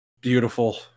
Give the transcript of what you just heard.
Beautiful